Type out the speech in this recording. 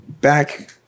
back